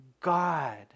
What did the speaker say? God